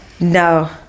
No